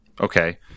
Okay